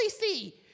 see